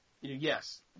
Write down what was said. yes